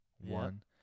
one